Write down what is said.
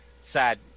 sad